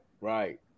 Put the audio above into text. right